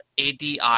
ADI